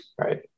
Right